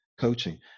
coaching